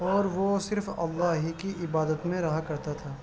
اور وہ صرف اللہ ہی کی عبادت میں رہا کرتا تھا